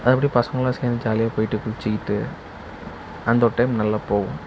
அப்படி பசங்களெலாம் சேர்ந்து ஜாலியாகப் போயிட்டு குளிச்சுக்கிட்டு அந்த ஒரு டைம் நல்லாப் போகும்